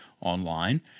online